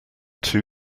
two